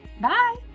bye